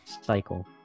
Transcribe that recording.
cycle